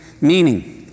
meaning